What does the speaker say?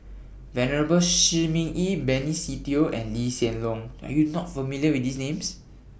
Venerable Shi Ming Yi Benny Se Teo and Lee Hsien Loong Are YOU not familiar with These Names